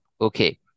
Okay